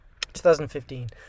2015